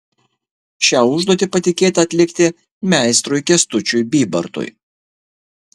šią užduotį patikėta atlikti meistrui kęstučiui bybartui